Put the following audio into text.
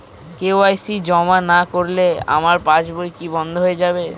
KYC জমা না করলে আমার পাসবই কি বন্ধ হয়ে যাবে?